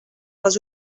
les